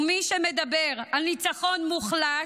ומי שמדבר על ניצחון מוחלט,